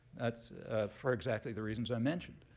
for exactly the reasons i mentioned.